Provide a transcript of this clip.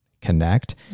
connect